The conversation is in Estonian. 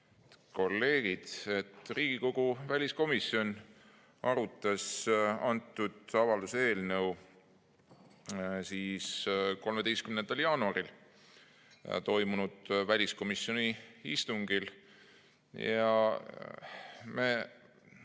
kolleegid! Riigikogu väliskomisjon arutas avalduse eelnõu 13. jaanuaril toimunud väliskomisjoni istungil. Me